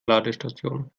ladestation